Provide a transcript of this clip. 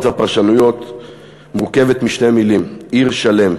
והפרשנויות מורכבת משתי המילים "עיר שלם",